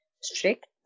strict